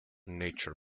nature